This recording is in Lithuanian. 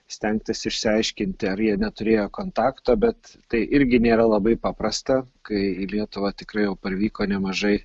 stengtis išsiaiškinti ar jie neturėjo kontakto bet tai irgi nėra labai paprasta kai į lietuvą tikrai jau parvyko nemažai